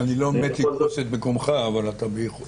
אני לא מת לתפוס את מקומך, אבל אתה באיחור.